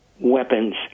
weapons